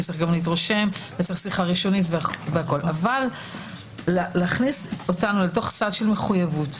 צריך להתרשם ושיחה ראשונית אבל להכניס אותנו לסד של מחויבות